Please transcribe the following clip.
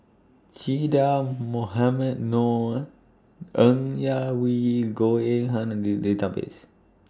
Che Dah Mohamed Noor Ng Yak Whee Goh Eng Han Are in The Database